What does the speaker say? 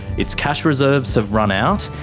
its cash reserves have run out,